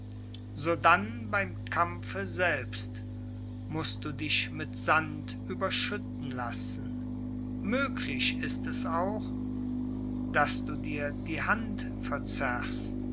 sodann beim kampfe selbst mußt du dich mit sand überschütten lassen möglich ist es auch daß du dir die hand verzerrst